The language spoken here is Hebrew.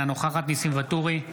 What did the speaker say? אינה נוכחת ניסים ואטורי,